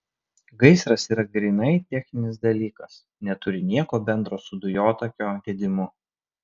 gaisras yra grynai techninis dalykas neturi nieko bendro su dujotakio gedimu